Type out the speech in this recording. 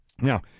Now